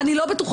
אני לא בטוחה.